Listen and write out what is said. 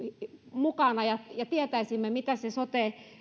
mukana ja ja tietäisimme mitä se sote